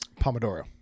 Pomodoro